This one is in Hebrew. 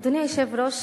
אדוני היושב-ראש,